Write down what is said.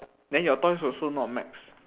then your toys also not max